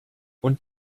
und